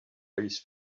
police